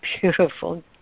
beautiful